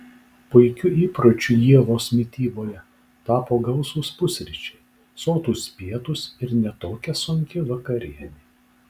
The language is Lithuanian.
puikiu įpročiu ievos mityboje tapo gausūs pusryčiai sotūs pietūs ir ne tokia sunki vakarienė